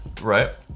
Right